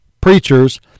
preachers